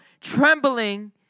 trembling